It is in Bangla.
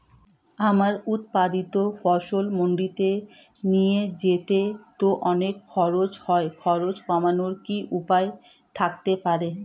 আমার উৎপাদিত ফসল মান্ডিতে নিয়ে যেতে তো অনেক খরচ হয় খরচ কমানোর কি উপায় থাকতে পারে?